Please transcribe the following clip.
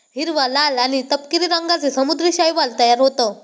हिरवा, लाल आणि तपकिरी रंगांचे समुद्री शैवाल तयार होतं